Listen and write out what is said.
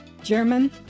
German